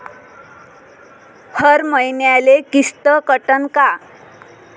हर मईन्याले किस्त कटन का?